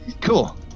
Cool